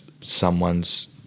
someone's